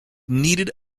needed